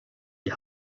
die